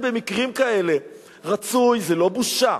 לכן במקרים כאלה רצוי, זו לא בושה,